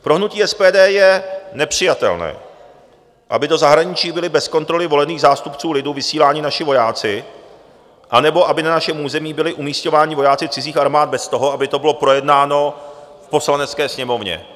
Pro hnutí SPD je nepřijatelné, aby do zahraničí byli bez kontroly volených zástupců lidu vysíláni naši vojáci anebo na našem území byli umísťováni vojáci cizích armád, bez toho, aby to bylo projednáno v Poslanecké sněmovně.